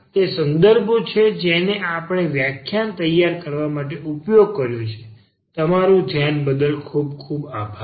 આ તે સંદર્ભો છે જેનો આપણે વ્યાખ્યાન તૈયાર કરવા માટે ઉપયોગ કર્યો છે તમારું ધ્યાન બદલ આભાર